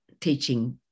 teaching